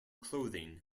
clothing